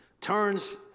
turns